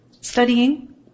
studying